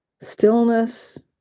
stillness